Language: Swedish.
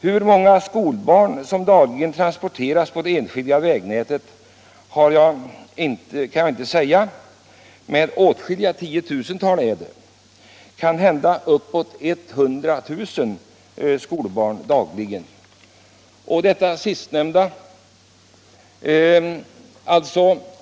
Hur många skolbarn som dagligen transporteras på det enskilda vägnätet kan jag inte säga, men åtskilliga tiotusental är det — kanhända uppåt 100 000.